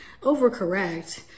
overcorrect